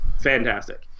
fantastic